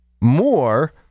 more